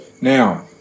Now